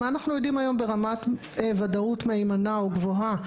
מה אנחנו יודעים היום ברמת ודאות מהימנה או גבוהה